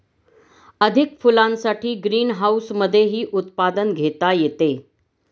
अधिक फुलांसाठी ग्रीनहाऊसमधेही उत्पादन घेता येते